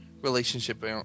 relationship